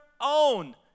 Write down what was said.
own